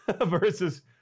versus